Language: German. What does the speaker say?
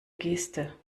geste